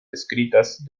descritas